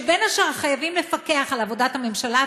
שבין השאר חייבים לפקח על עבודת הממשלה,